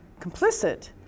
complicit